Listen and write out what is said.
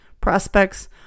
prospects